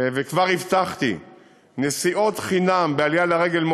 וכבר הבטחתי נסיעות חינם בעלייה לרגל,